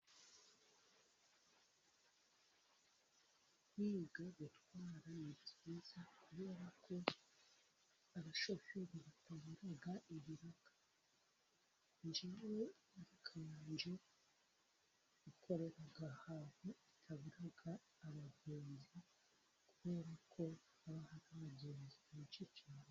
Jari ni kampani itwara abagenzi hirya no hino mugihugu, ibavana ahantu hamwe ibaryana ahandi kandi vuba.